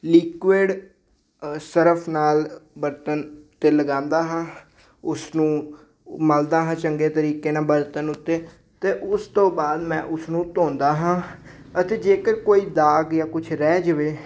liquid Surf ਨਾਲ ਬਰਤਨ 'ਤੇ ਲਗਾਉਂਦਾ ਹਾਂ ਉਸਨੂੰ ਮਲਦਾ ਹੈ ਚੰਗੇ ਤਰੀਕੇ ਨਾਲ ਬਰਤਨ ਉੱਤੇ ਅਤੇ ਉਸ ਤੋਂ ਬਾਅਦ ਮੈਂ ਉਸਨੂੰ ਧੋਂਦਾ ਹਾਂ ਅਤੇ ਜੇਕਰ ਕੋਈ ਦਾਗ ਜਾਂ ਕੁਛ ਰਹਿ ਜਾਵੇ